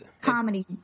comedy